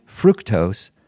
fructose